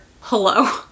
Hello